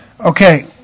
Okay